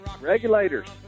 regulators